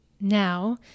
Now